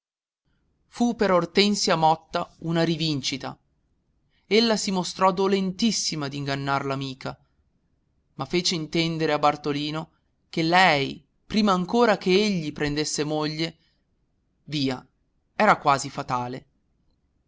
fu per ortensia motta una rivincita ella si mostrò dolentissima d'ingannar l'amica ma fece intendere a bartolino che lei prima ancora che egli prendesse moglie via era quasi fatale